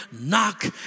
Knock